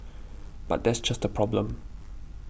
but that's just the problem